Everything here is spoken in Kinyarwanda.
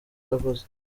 yavuze